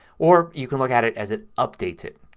or you can look at it as it updates it.